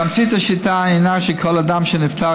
תמצית השיטה הינה שכל אדם שנפטר,